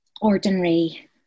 ordinary